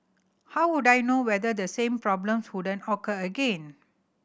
how would I know whether the same problems wouldn't occur again